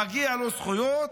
מגיעות לו זכויות.